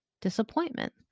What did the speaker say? disappointment